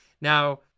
Now